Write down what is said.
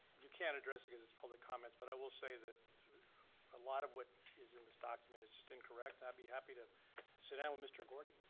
you can't address it cause it's public comments. but i will say that a lot of what is in this document is just incorrect. and i'd be happy to sit down with mr. gordon.